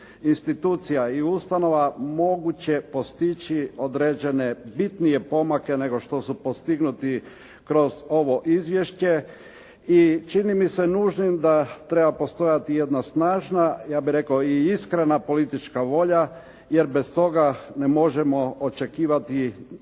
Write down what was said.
institucija i ustanova moguće postići određene bitnije pomake nego što su postignuti kroz ovo izvješće, i čini mi se nužnim da treba postojati jedna snažna, ja bih rekao i iskrena politička volja jer bez toga ne možemo očekivati veće